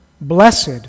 Blessed